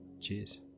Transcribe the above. Cheers